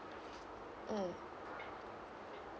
mm